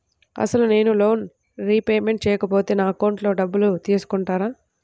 అసలు నేనూ loan repayment చేయకపోతే నా అకౌంట్లో డబ్బులు తీసుకుంటారా?